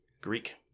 Greek